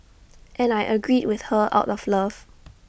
and I agreed with her out of love